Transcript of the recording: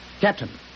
Captain